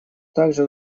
также